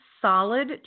solid